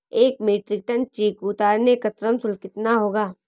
एक metric ton चीकू उतारने का श्रम शुल्क कितना होगा?